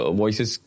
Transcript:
voices